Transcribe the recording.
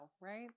right